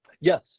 yes